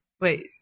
Wait